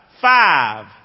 five